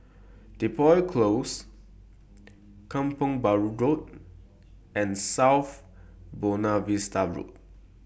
Depot Close Kampong Bahru Road and South Buona Vista Road